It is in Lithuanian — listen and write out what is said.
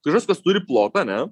kažkas kas turi plotą ane